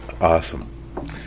Awesome